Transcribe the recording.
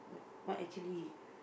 what actually